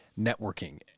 networking